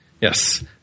Yes